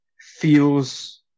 feels